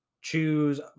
choose